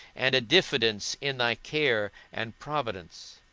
and a diffidence in thy care and providence